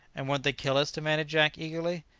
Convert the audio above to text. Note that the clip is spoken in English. and won't they kill us? demanded jack eagerly,